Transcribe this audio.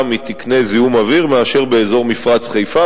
מתקני זיהום אוויר מאשר באזור מפרץ חיפה,